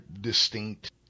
distinct